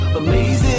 amazing